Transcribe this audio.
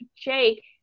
Jake